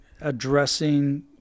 addressing